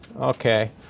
okay